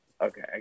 okay